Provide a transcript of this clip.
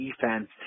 defense